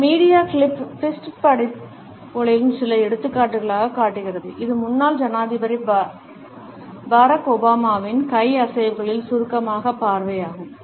இந்த media clip fist புடைப்புகளின் சில எடுத்துக்காட்டுகளைக் காட்டுகிறது இது முன்னாள் ஜனாதிபதி பராக் ஒபாமாவின் கை அசைவுகளின் சுருக்கமான பார்வையாகும்